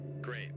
Great